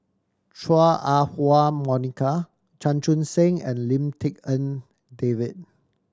Chua Ah Huwa Monica Chan Chun Sing and Lim Tik En David